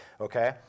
okay